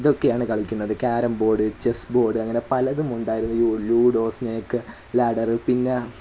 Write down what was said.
ഇതൊക്കെയാണ് കളിക്കണത് carrom board chess board അങ്ങനെ പലതുമുണ്ടായിരുന്നു ലുഡോ സ്നേക്ക് ലാഡർ പിന്നെ